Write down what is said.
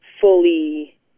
fully